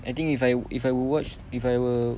I think if I if I will watch if I were